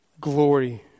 Glory